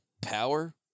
power